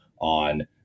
on